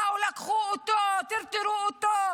באו, לקחו אותו, טרטרו אותו.